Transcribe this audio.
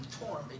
torn